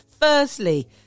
Firstly